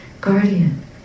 guardian